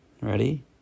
Ready